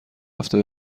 هفته